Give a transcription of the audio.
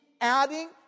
adding